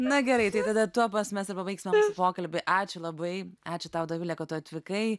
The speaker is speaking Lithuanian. na gerai tai tada tuo pas mes ir pabaigsime mūsų pokalbį ačiū labai ačiū tau dovile kad tu atvykai